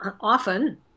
often